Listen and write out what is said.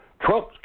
Trump